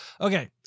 okay